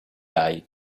hai